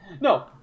No